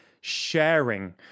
sharing